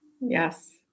Yes